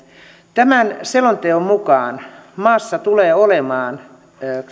tämän selonteon mukaan maassa tulee olemaan